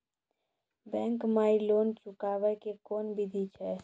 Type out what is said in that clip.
Bank माई loan चुकाबे के कोन बिधि छै?